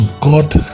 God